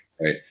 right